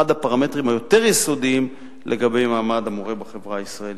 הפרמטרים היותר-יסודיים לגבי מעמד המורה בחברה הישראלית.